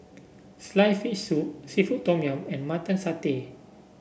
sliced fish soup seafood Tom Yum and Mutton Satay